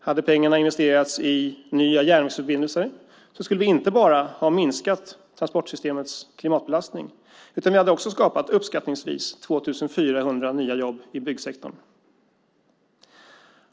Hade pengarna investerats i nya järnvägsförbindelser skulle vi inte bara ha minskat transportsystemets klimatbelastning, utan vi hade också skapat uppskattningsvis 2 400 nya jobb i byggsektorn.